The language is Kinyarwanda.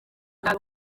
bwa